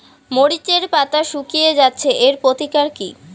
মরিচের পাতা শুকিয়ে যাচ্ছে এর প্রতিকার কি?